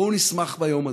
בואו נשמח ביום הזה.